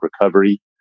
recovery